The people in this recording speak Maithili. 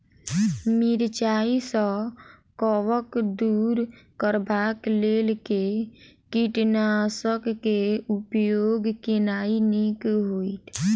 मिरचाई सँ कवक दूर करबाक लेल केँ कीटनासक केँ उपयोग केनाइ नीक होइत?